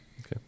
Okay